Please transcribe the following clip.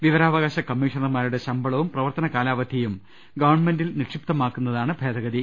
വിവരാവകാശ കമ്മീഷണർമാ രുടെ ശമ്പളവും പ്രവർത്തന കാലാവധിയും ഗവൺമെന്റിൽ നിക്ഷി പ്തമാക്കുന്നതാണ് ഭേദഗതി